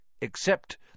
Except